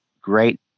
great